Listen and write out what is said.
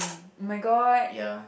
my god